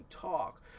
talk